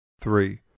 three